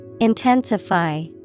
Intensify